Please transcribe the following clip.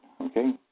Okay